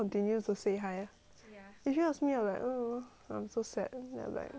if you ask me I will be like oh I'm so sad leh like